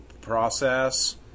process